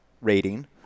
rating